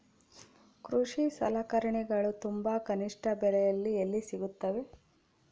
ಕೃಷಿ ಸಲಕರಣಿಗಳು ತುಂಬಾ ಕನಿಷ್ಠ ಬೆಲೆಯಲ್ಲಿ ಎಲ್ಲಿ ಸಿಗುತ್ತವೆ?